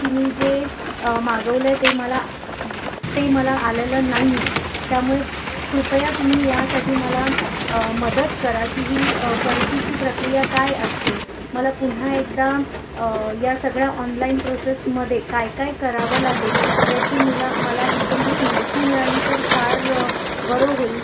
की मी जे मागवलं आहे ते मला ज् ते मला आलेलं नाही आहे त्यामुळे कृपया तुम्ही यासाठी मला मदत करा की ही परतीची प्रक्रिया काय असते मला पुन्हा एकदा या सगळ्या ऑनलाइन प्रोसेसमध्ये कायकाय करावं लागेल याची मला मला इत्थंभूत माहिती मिळाली तर फार बरं होईल